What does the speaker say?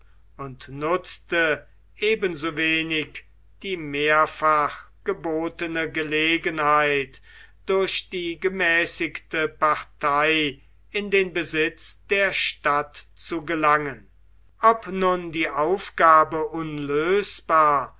und nutzte ebensowenig die mehrfach gebotene gelegenheit durch die gemäßigte partei in den besitz der stadt zu gelangen ob nun die aufgabe unlösbar